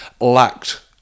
lacked